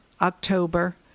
October